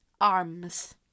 arms